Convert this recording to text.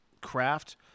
craft